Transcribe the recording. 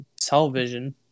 television